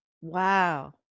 Wow